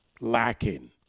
lacking